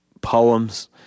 poems